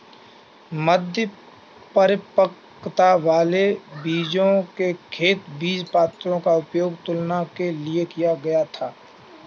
मध्य परिपक्वता वाले बीजों के खेत बीजपत्रों का उपयोग तुलना के लिए किया गया था